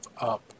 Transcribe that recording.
up